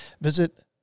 visit